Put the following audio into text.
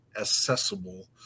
accessible